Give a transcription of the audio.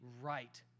right